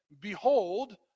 behold